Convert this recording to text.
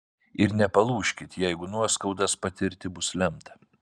ir nepalūžkit jeigu nuoskaudas patirti bus lemta